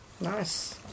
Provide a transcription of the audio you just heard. Nice